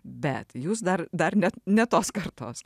bet jūs dar dar ne ne tos kartos